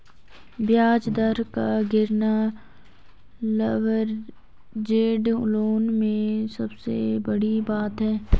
ब्याज दर का गिरना लवरेज्ड लोन में सबसे बड़ी बात है